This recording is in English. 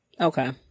Okay